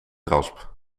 rasp